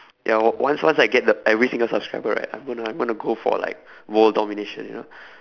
ya once once I get the every single subscriber right I'm going I'm going to go for like world domination you know